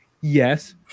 Yes